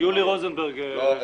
יולי רוזנברג --- לא,